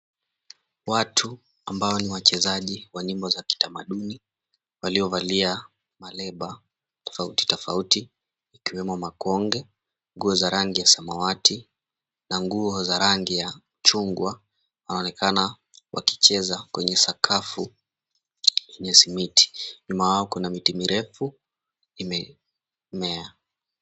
Watu ambao ni wachezaji wa nyimbo za kitamaduni waliovalia maleba tofauti tofauti ikiwamo makonge, nguo za rangi ya samawati, na nguo za rangi ya chungwa wanaonekana wakicheza kwenye sakafu yenye simiti nyuma yao, kuna miti mirefu imemea.